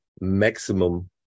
maximum